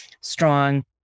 strong